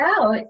out